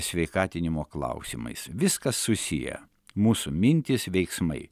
sveikatinimo klausimais viskas susiję mūsų mintys veiksmai